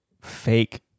fake